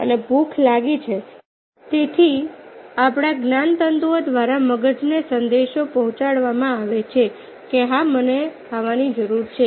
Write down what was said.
ને ભૂખ લાગી છે તેથી આપણા જ્ઞાનતંતુઓ દ્વારા મગજને સંદેશો પહોંચાડવામાં આવે છે કે હા મને ખાવાની જરૂર છે